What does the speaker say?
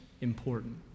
important